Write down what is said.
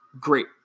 great